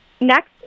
next